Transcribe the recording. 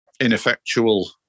ineffectual